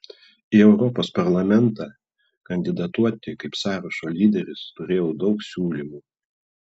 į europos parlamentą kandidatuoti kaip sąrašo lyderis turėjau daug siūlymų